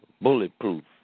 bulletproof